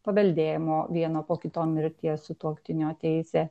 paveldėjimo vieno po kito mirties sutuoktinio teisė